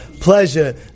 pleasure